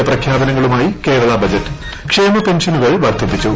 ജനപ്രിയ പ്രഖ്യാപനങ്ങളുമായി കേരള ബജറ്റ് ക്ഷേമ ന് പെൻഷനുകൾ വർദ്ധിപ്പിച്ചു